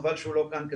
חבל שהוא לא כאן.